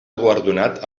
guardonat